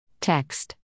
text